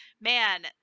man